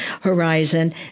horizon